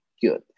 good